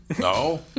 No